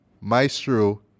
Maestro